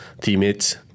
teammates